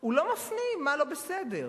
הוא לא מפנים מה לא בסדר,